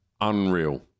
unreal